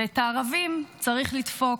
ואת הערבים צריך לדפוק.